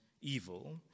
evil